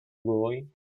godoy